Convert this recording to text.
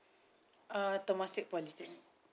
uh temasek polytechnic